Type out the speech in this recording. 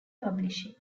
publishing